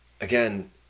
again